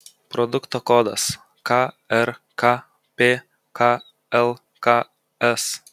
produkto kodas krkp klks